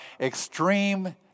extreme